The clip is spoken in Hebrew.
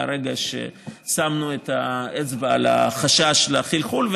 מהרגע ששמנו את האצבע על החשש לחלחול.